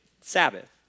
Sabbath